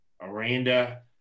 Aranda